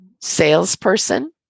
salesperson